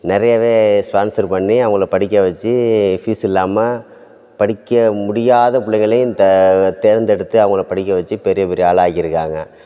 நிறையவே ஸ்பான்சர் பண்ணி அவங்கள படிக்க வச்சு ஃபீஸ் இல்லாமல் படிக்க முடியாத பிள்ளைங்களையும் தெ தேர்ந்தெடுத்து அவங்கள படிக்க வச்சு பெரிய பெரிய ஆளாக்கிருக்காங்க